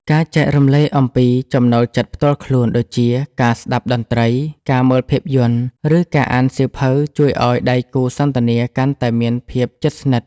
ការចែករំលែកអំពីចំណូលចិត្តផ្ទាល់ខ្លួនដូចជា ការស្ដាប់តន្ត្រី ការមើលភាពយន្ត ឬការអានសៀវភៅ ជួយឱ្យដៃគូសន្ទនាកាន់តែមានភាពជិតស្និទ្ធ។